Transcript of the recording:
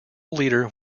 leader